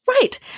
Right